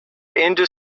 into